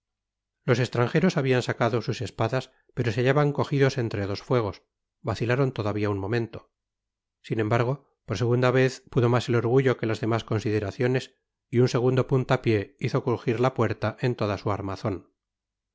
los estranjeros habian sacado sus espadas pero se hallaban cojidos entre dos fuegos vacilaron todavia un momento sin embargo por segunda vez pudo mas el orgullo que las demás consideraciones y un segundo puntapié hizoi crujir la puerta en toda su armazon